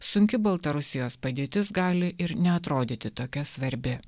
sunki baltarusijos padėtis gali ir neatrodyti tokia svarbi